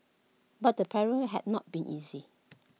but the parent had not been easy